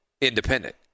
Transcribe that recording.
independent